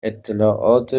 اطلاعات